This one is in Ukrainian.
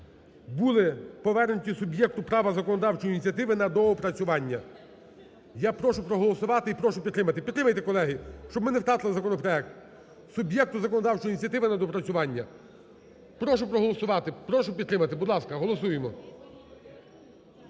були повернуті суб'єкту права законодавчої ініціативи на доопрацювання. Я прошу проголосувати і прошу підтримати. Підтримайте, колеги, щоб ми не втратили законопроект, суб'єкту законодавчої ініціативи на доопрацювання. Прошу проголосувати, прошу підтримати. Будь ласка, голосуємо.